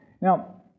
Now